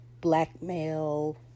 blackmail